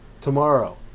Tomorrow